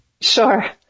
Sure